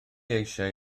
eisiau